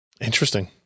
Interesting